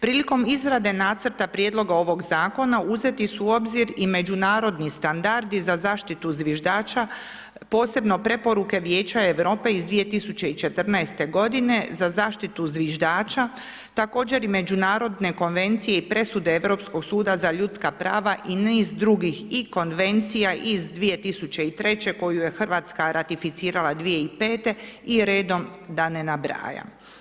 Prilikom izrade nacrta prijedloga ovoga zakona, uzeti su u obzir i međunarodni standardi za zaštitu zviždača, posebno preporuke vijeća Europe iz 2014. za zaštitu zviždača, također i međunarodne konvencije i presude Europskog suda za ljudska prava i niz drugih i konvencija iz 2003. koju je Hrvatska ratificirala 2005. i redom da ne nabrajam.